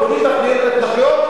בונים בתים בהתנחלויות,